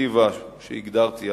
הדירקטיבה שהגדרתי,